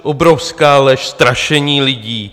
Obrovská lež, strašení lidí.